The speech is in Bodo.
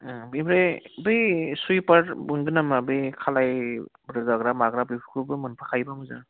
बिनिफ्राय बे सुइपार मोनगोन नामा बै खालाय रोगाग्रा माग्रा बेफोरखौबो मोनफाखायोब्ला मोजां